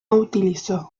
utilizó